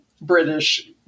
British